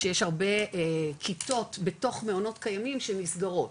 שיש הרבה כיתות בתוך מעונות קיימים של מסגרות,